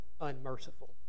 unmerciful